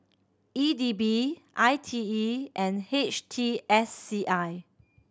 E D B I T E and H T S C I